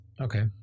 Okay